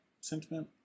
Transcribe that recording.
Sentiment